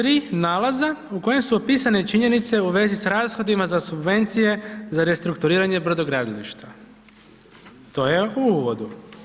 3. nalaza u kojem su opisane činjenice u vezi s rashodima za subvencije za restrukturiranje brodogradilišta, to je u uvodu.